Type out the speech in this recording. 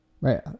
Right